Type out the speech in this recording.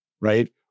right